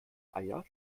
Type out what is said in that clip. eier